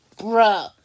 Bro